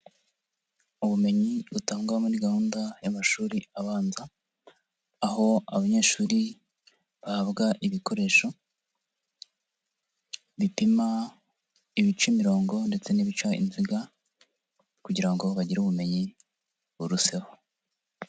Ubumenyi butangwa muri gahunda y'amashuri abanza, aho abanyeshuri bahabwa ibikoresho, bipima, ibica imirongo ndetse n'ibica inziga kugira ngo bagire ubumenyi buruseho.